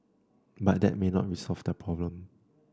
but that may not resolve their problem